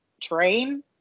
train